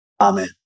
Amen